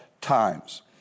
times